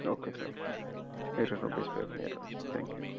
okay sir eight hundred rupees pay பண்ணிடுறேன் thank you